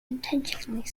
intentionally